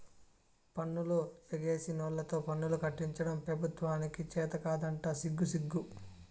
పన్నులు ఎగేసినోల్లతో పన్నులు కట్టించడం పెబుత్వానికి చేతకాదంట సిగ్గుసిగ్గు